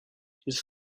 his